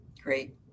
Great